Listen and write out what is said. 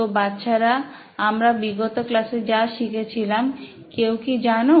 তো বাচ্চারা আমরা বিগত ক্লাসে যা শিখেছিলাম কেউ কি জানো